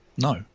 No